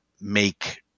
make